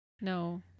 No